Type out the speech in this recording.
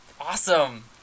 Awesome